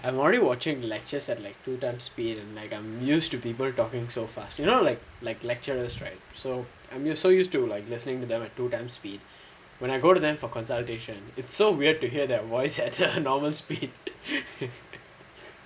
I'm already watching lectures at like two times speed and like I'm used to people talking so fast you know like like lecturers right so you are so used to like listening to them at two times speed when I go to them for consultation it's so weird to hear thir voice at the normal speed